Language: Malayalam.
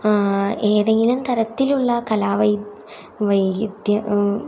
ഏതെങ്കിലും തരത്തിലുള്ള കലാ വൈ വൈവിധ്യ